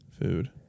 Food